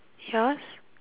yours